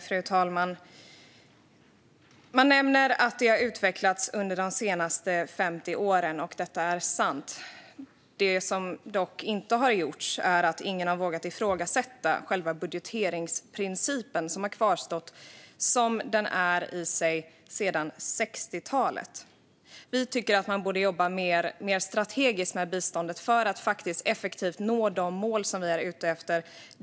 Fru talman! Det sägs att biståndet har utvecklats under de senaste 50 åren. Detta är sant. Det som dock inte har gjorts är att någon har vågat ifrågasätta själva budgeteringsprincipen som är densamma sedan 1960-talet. Vi tycker att man borde jobba mer strategiskt med biståndet för att faktiskt effektivt nå de mål som vi är ute efter.